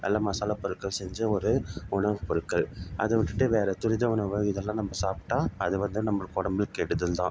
அதில் மசாலா பொருட்கள் செஞ்ச ஒரு உணவுப் பொருட்கள் அதை விட்டுட்டு வேறு துரித உணவுகள் இதெல்லாம் நம்ம சாப்பிட்டா அது வந்து நம்மளுக்கு உடம்புக்கு கெடுதல் தான்